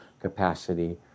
capacity